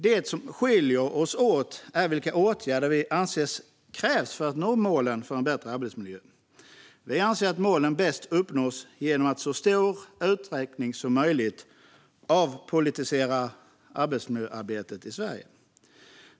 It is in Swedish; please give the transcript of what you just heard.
Det som skiljer oss åt är vilka åtgärder vi anser krävs för att nå målen om en bättre arbetsmiljö. Vi anser att målen bäst uppnås genom att arbetsmiljöarbetet i Sverige avpolitiseras i så stor utsträckning som möjligt.